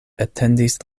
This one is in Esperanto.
etendis